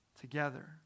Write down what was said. together